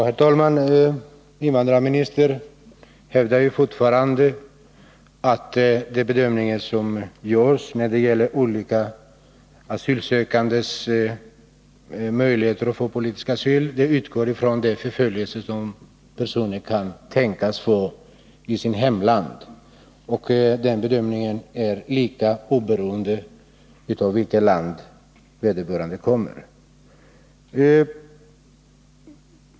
Herr talman! Invandrarministern hävdar fortfarande att de bedömningar som görs när det gäller olika asylsökandes möjligheter att få politisk asyl utgår från den förföljelse som personen i fråga kan tänkas bli utsatt för i sitt hemland och att den bedömningen sker lika, oberoende av från vilket land vederbörande kommer.